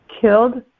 killed